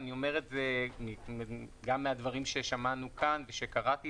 אני אומר גם מהדברים שם וגם מהדברים שקראתי